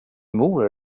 mor